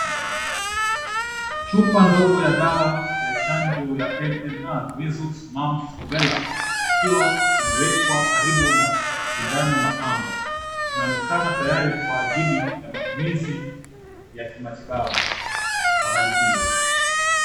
Chupa ndogo ya dawa ya chanjo ya MMR measles, mumps, rubela ikiwa imewekwa karibu na sindano na pamba. Inaonekana tayari kwa ajili ya matumizi ya kimatibabu kwa hali hiyo.